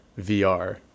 vr